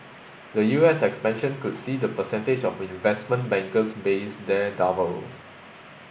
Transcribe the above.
the U S expansion could see the percentage of investment bankers based there double